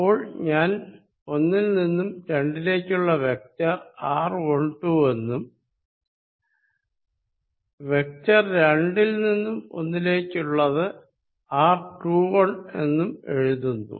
അപ്പോൾ ഞാൻ 1 ൽ നിന്ന് 2 ലേക്കുള്ളത് വെക്ടർ r12 എന്നും വെക്ടർ 2 ൽ നിന്ന് 1 ലേക്കുള്ളത് r21 എന്നും എഴുതുന്നു